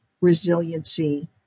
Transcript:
resiliency